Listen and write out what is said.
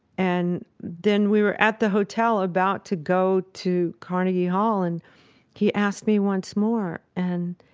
and then we were at the hotel about to go to carnegie hall and he asked me once more. and